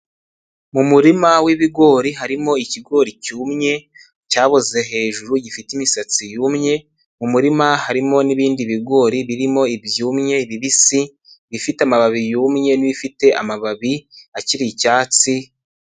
Mu murima w'ibigori harimo ikigori cyumye cyaboze hejuru gifite imisatsi yumye, mu murima harimo n'ibindi bigori birimo ibyumye, ibibisi bifite amababi yumye, n'ibifite amababi akiri icyatsi.